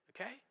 okay